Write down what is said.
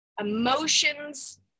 emotions